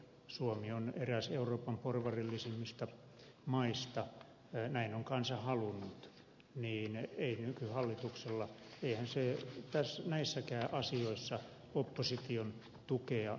suomi on eräs euroopan porvarillisimmista maista näin on kansa halunnut joten eihän nykyhallitus näissäkään asioissa opposition tukea tarvitse